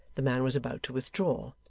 the man was about to withdraw,